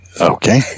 Okay